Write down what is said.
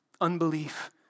unbelief